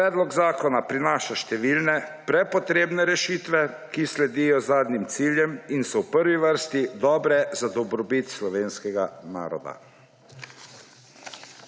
predlog zakona prinaša številne prepotrebne rešitve, ki sledijo zadnjim ciljem in so v prvi vrsti dobre za dobrobit slovenskega naroda.